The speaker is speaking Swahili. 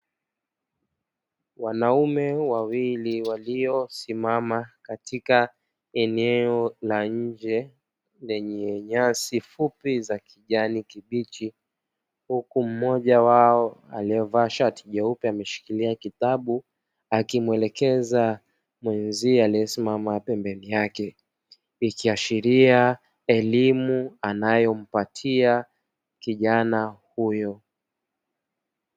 wanaume wawili waliosimama katika eneo la nje lenye nyasi fupi kijani kibichi, huku mmoja wao aliye vaa shati jeupe akishikilia kitabu akimwelekeza mwenzie aliyesimama pembeni yake ikiashiria elimu anayo mpatia kijana huyo.